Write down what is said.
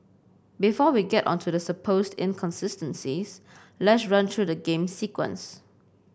before we get on to the supposed inconsistencies let's run through the game's sequence